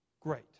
Great